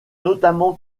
notamment